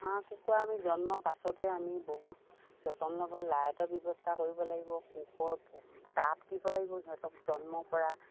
হাঁহ কুকুৰা আমি জন্মৰ পাছতে আমি বহুত যতন ল'বৰ লাইটৰ ব্যৱস্থা কৰিব লাগিব পোহৰ তাপ দিব লাগিব সিহঁতক জন্মৰ পৰা